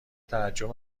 تعجب